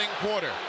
quarter